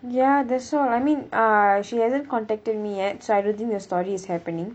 ya that's all I mean uh she hasn't contacted me yet so I don't think the story is happening